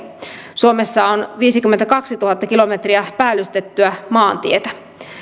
suomessa on viisikymmentäkaksituhatta kilometriä päällystettyä maantietä